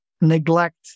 neglect